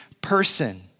person